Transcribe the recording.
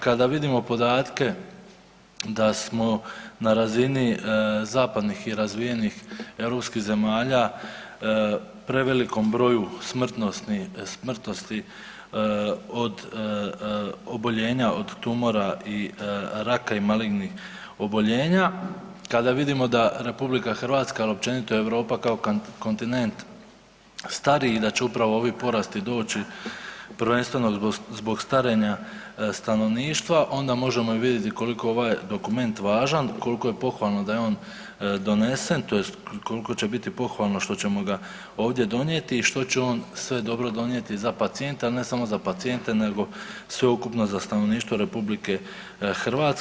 Kada vidimo podatke da smo na razini zapadnih i razvijenih europskih zemalja, prevelikom broju smrtnosti od oboljenja od tumora i raka i malignih oboljenja, kada vidimo da RH, al općenito i Europa kao kontinent stari i da će upravo ovi porasti doći prvenstveno zbog starenja stanovništva onda možemo i vidjeti koliko je ovaj dokument važan koliko je pohvalno da je on donesen, tj. koliko će biti pohvalo što ćemo ga ovdje donijeti i što će on sve dobro donijeti za pacijente, a ne samo za pacijente nego sveukupno za stanovništvo RH.